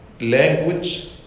language